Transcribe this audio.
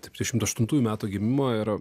septinaštuntųjų metų gimimo ir